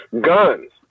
Guns